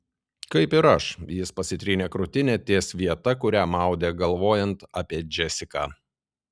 kaip ir aš jis pasitrynė krūtinę ties vieta kurią maudė galvojant apie džesiką